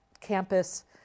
campus